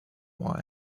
why